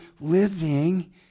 living